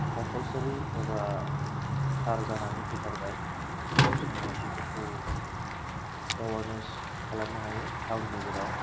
compulsory एबा थार जानानै फैथारबाय जोङो बेफोरखौ एवार्नेस खालामनो हायो थावन नोगोराव